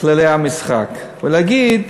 כללי המשחק ולהגיד: